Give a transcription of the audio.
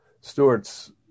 stewart's